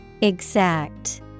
exact